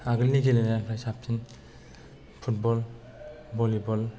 आगोलनि गेलेनायनिफ्राय साबसिन फुटबल भलिबल